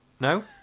No